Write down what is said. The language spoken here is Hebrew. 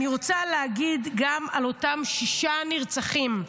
אני רוצה להגיד גם על אותם שישה נרצחים,